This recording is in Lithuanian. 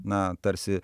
na tarsi